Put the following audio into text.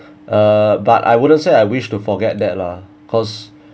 uh but I wouldn't say I wish to forget that lah because